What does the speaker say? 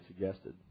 suggested